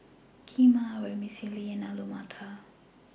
Kheema Vermicelli and Alu Matar